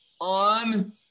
on